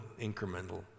incremental